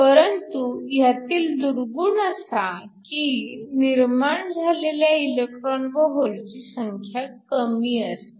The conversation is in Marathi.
परंतु ह्यातील दुर्गुण असा की निर्माण झालेल्या इलेक्ट्रॉन व होलची संख्या कमी असते